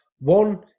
One